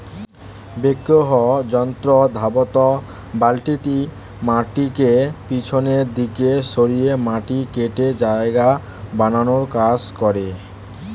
backhoe যন্ত্রে ধাতব বালতিটি মাটিকে পিছনের দিকে সরিয়ে মাটি কেটে জায়গা বানানোর কাজ করে